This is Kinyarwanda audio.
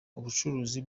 ubucuruzi